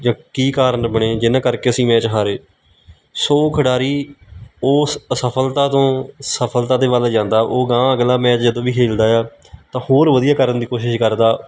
ਜਾਂ ਕੀ ਕਾਰਣ ਬਣੇ ਜਿਹਨਾਂ ਕਰਕੇ ਅਸੀਂ ਮੈਚ ਹਾਰੇ ਸੋ ਖਿਡਾਰੀ ਉਸ ਅਸਫਲਤਾ ਤੋਂ ਸਫਲਤਾ ਦੇ ਵੱਲ ਜਾਂਦਾ ਉਹ ਅਗਾਂਹ ਅਗਲਾ ਮੈਚ ਜਦੋਂ ਵੀ ਖੇਡਦਾ ਆ ਤਾਂ ਹੋਰ ਵਧੀਆ ਕਰਨ ਦੀ ਕੋਸ਼ਿਸ਼ ਕਰਦਾ